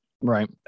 Right